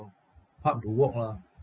park to walk lah